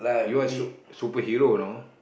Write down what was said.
you're a sup superhero you know